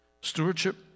Stewardship